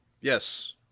Yes